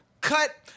cut